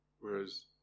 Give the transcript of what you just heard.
Whereas